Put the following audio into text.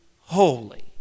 holy